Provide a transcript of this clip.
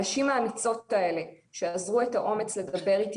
הנשים האמיצות האלה שאזרו את האומץ לדבר איתי,